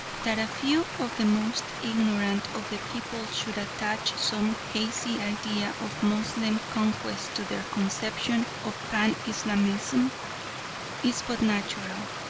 that a few of the most ignorant of the people should attach some hazy idea of moslem conquest to their conception of pan-islamism is but natural,